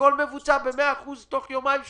הכול מבוצע במאה אחוז תוך יומיים שלושה.